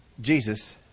Jesus